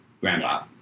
Grandpa